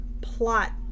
plot